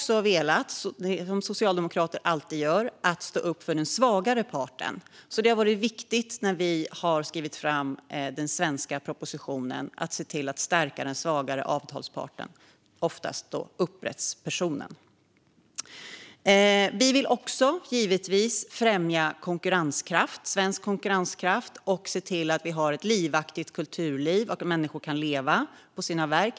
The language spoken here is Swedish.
Som socialdemokrater alltid gör har vi också velat stå upp för den svagare parten. När den svenska propositionen skrivits fram har det varit viktigt att se till att stärka den svagare avtalsparten, som oftast är upphovspersonen. Vi vill givetvis också främja svensk konkurrenskraft och se till att kulturlivet är livaktigt och att människor kan leva på sina verk.